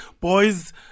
boys